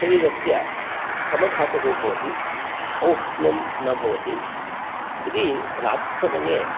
शरीरस्य समधातुः भवति औष्ण्यं न भवति यदि रात्रिसमये